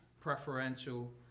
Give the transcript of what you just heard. preferential